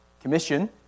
commission